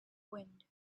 wind